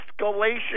escalation